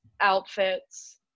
outfits